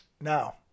Now